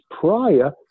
prior